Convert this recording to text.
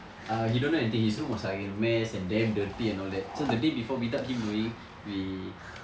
uh he don't know anything his room was like you know in a mass and damn dirty and all that so the day before without him knowing we